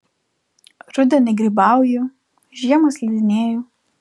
rudenį grybauju žiemą slidinėju